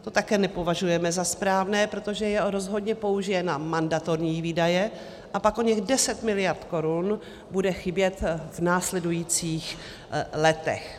To také nepovažujeme za správné, protože je rozhodně použije na mandatorní výdaje a pak oněch 10 mld. Kč bude chybět v následujících letech.